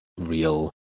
Real